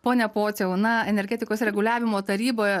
pone pociau na energetikos reguliavimo taryboje